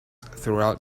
throughout